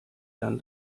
dann